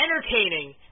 entertaining